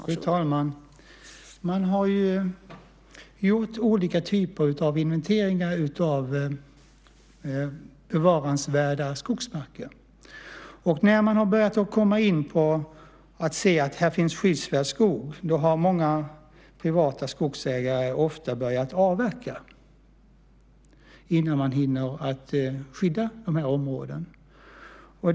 Fru talman! Man har gjort olika typer av inventering av bevaransvärda skogsmarker. Där man har sett att det finns skyddsvärd skog har många privata skogsägare ofta börjat avverka innan man hinner skydda områdena.